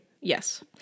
Yes